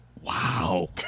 wow